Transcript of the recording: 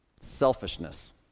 selfishness